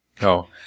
No